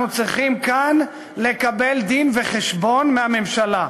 אנחנו צריכים כאן לקבל דין-וחשבון מהממשלה.